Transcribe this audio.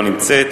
לא נמצאת,